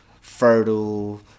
Fertile